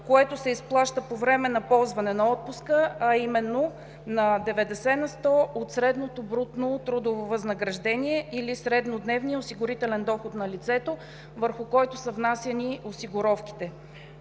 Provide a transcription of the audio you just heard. което се изплаща по време на ползването на отпуск, а именно 90 на сто от средното брутно трудово възнаграждение или среднодневния осигурителен доход на лицето, върху който са внасяни осигуровките.